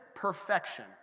perfection